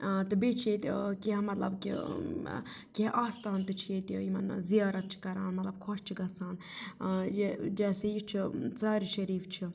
تہٕ بیٚیہِ چھِ ییٚتہِ کیٚنٛہہ مطلب کہِ کینٛہہ آستان تہِ چھِ ییٚتہِ یِمَن زِیارت چھِ کَران مطلب خۄش چھِ گَژھان یہِ جیسے یہِ چھُ ژارِ شریٖف چھُ